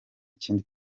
kindi